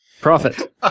Profit